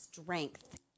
strength